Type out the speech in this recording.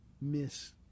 miss